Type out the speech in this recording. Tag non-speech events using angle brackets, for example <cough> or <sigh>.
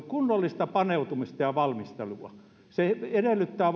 <unintelligible> kunnollista paneutumista ja valmistelua se edellyttää <unintelligible>